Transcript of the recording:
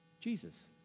Jesus